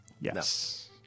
Yes